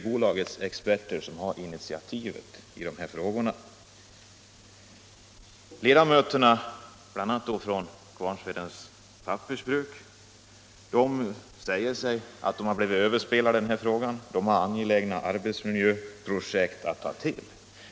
Bolagets experter har initiativet. Arbetarrepresentanterna, bl.a. från Kvarnsvedens pappersbruk, säger att de har blivit överspelade i denna fråga. De har angelägna arbetsmiljöprojekt att ta till.